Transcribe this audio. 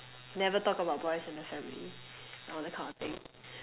never talk about boys in the family all that kind of thing